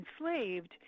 enslaved